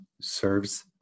serves